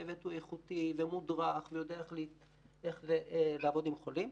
והצוות הוא איכות ומודרך ויודע איך לעבוד עם החולים.